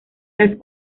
las